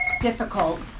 difficult